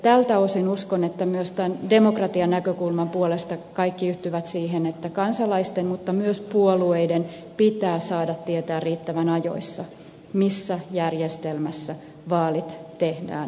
tältä osin uskon että myös tämän demokratianäkökulman puolesta kaikki yhtyvät siihen että kansalaisten mutta myös puolueiden pitää saada tietää riittävän ajoissa missä järjestelmässä vaalit tehdään